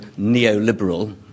neoliberal